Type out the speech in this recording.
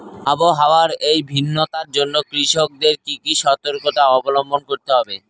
আবহাওয়ার এই ভিন্নতার জন্য কৃষকদের কি কি সর্তকতা অবলম্বন করতে হবে?